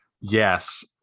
yes